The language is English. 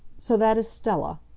so that is stella.